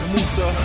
Musa